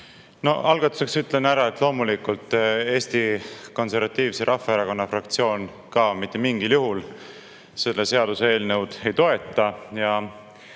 Algatuseks ütlen ära, et loomulikult ka Eesti Konservatiivse Rahvaerakonna fraktsioon mitte mingil juhul seda seaduseelnõu ei toeta.